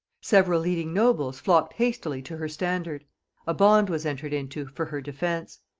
several leading nobles flocked hastily to her standard a bond was entered into for her defence,